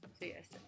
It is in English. yes